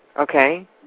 Okay